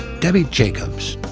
debbie jacobs,